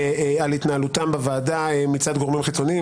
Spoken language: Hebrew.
התנהלותם בוועדה מצד גורמים חיצוניים.